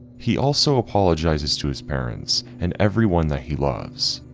he also apologizes to his parents and everyone that he loves,